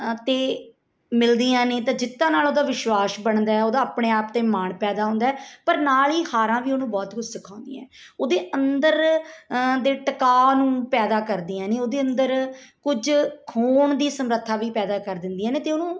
ਅਤੇ ਮਿਲਦੀਆਂ ਨੇ ਤਾਂ ਜਿੱਤਾਂ ਨਾਲ ਉਹਦਾ ਵਿਸ਼ਵਾਸ ਬਣਦਾ ਉਹਦਾ ਆਪਣੇ ਆਪ 'ਤੇ ਮਾਣ ਪੈਦਾ ਹੁੰਦਾ ਪਰ ਨਾਲ ਹੀ ਹਾਰਾਂ ਵੀ ਉਹਨੂੰ ਬਹੁਤ ਕੁਛ ਸਿਖਾਉਂਦੀਆਂ ਉਹਦੇ ਅੰਦਰ ਦੇ ਟਿਕਾ ਨੂੰ ਪੈਦਾ ਕਰਦੀਆਂ ਨੇ ਉਹਦੇ ਅੰਦਰ ਕੁਝ ਖੋਣ ਦੀ ਸਮਰੱਥਾ ਵੀ ਪੈਦਾ ਕਰ ਦਿੰਦੀਆਂ ਨੇ ਅਤੇ ਉਹਨੂੰ